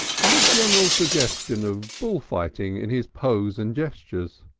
and a general suggestion of bull-fighting in his pose and gestures.